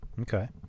Okay